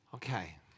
Okay